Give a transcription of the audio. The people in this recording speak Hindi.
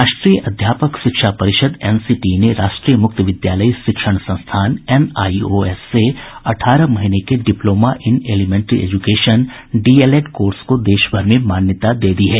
राष्ट्रीय अध्यापक शिक्षा परिषद एनसीईटी ने राष्ट्रीय मुक्त विद्यालयी शिक्षण संस्थान एनआईओएस से अठारह महीने के diploma in elementary education DLEd course को देशभर में मान्यता दी है